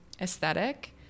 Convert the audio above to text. aesthetic